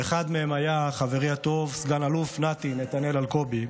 ואחד מהם היה חברי הטוב סא"ל נתי, נתנאל אלקובי,